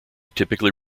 typically